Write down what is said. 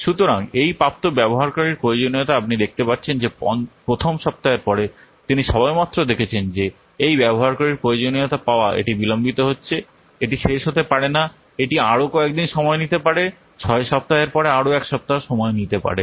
সুতরাং এই প্রাপ্ত ব্যবহারকারীর প্রয়োজনীয়তা আপনি দেখতে পাচ্ছেন যে প্রথম সপ্তাহের পরে তিনি সবেমাত্র দেখেছেন যে এই ব্যবহারকারীর প্রয়োজনীয়তা পাওয়া এটি বিলম্বিত হচ্ছে এটি শেষ হতে পারে না এটি আরও কয়েক দিন সময় নিতে পারে 6 সপ্তাহের পর আরও এক সপ্তাহ সময় নিতে পারে